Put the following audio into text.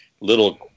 little